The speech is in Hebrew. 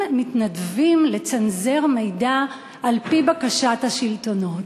מתנדבים לצנזר מידע על-פי בקשת השלטונות.